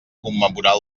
commemorar